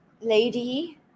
lady